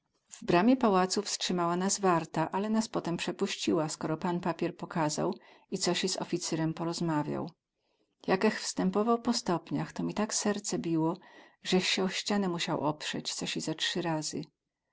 w bramie pałacu wstrzymała nas warta ale nas potem przepuściła skoro pan papier pokazał i cosi z oficyrem porozmawiał jakech wstępował po stopniach to mi tak serce biło zech sie o ścianę musiał oprzeć cosi ze trzy razy